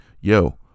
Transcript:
yo